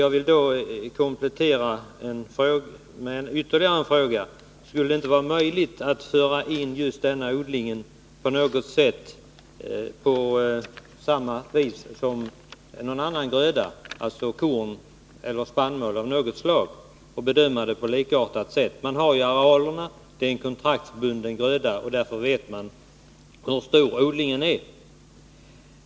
Jag vill då komma med ytterligare en fråga: Skulle det inte vara möjligt att ta med denna odling på ungefär samma vis som för någon annan gröda, t.ex. korn eller spannmål, och göra bedömningen på likartat sätt? Det finns ju uppgift om arealerna. Det är en kontraktsbunden gröda, och därför vet vi hur stora odlingarna är.